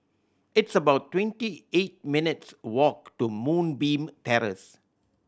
it's about twenty eight minutes' walk to Moonbeam Terrace